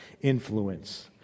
influence